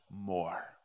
more